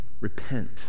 repent